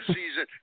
season